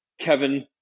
Kevin